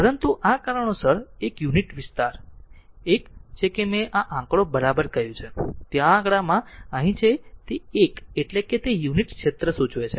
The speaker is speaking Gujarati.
પરંતુ આ કારણોસર 1 યુનિટ વિસ્તાર 1 છે કે મેં આ આંકડો બરાબર કહ્યું છે તે આ આંકડામાં અહીં છે તે 1 એટલે કે તે યુનિટ ક્ષેત્ર સૂચવે છે